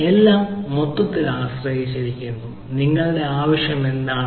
എല്ലാം മൊത്തത്തിൽ ആശ്രയിച്ചിരിക്കുന്നു നിങ്ങളുടെ ആവശ്യം എന്താണ്